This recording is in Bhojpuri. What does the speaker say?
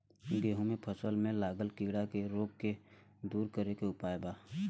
गेहूँ के फसल में लागल कीड़ा के रोग के दूर करे के उपाय का बा?